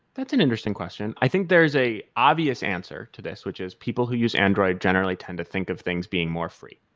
that's an interesting question. i think there is an obvious answer to this, which is people who use android generally tend to think of things being more free.